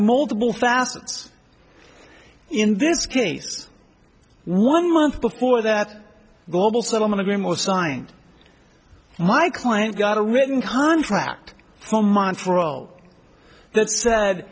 multiple facets in this case one month before that global settlement agreement was signed my client got a written contract from montreaux that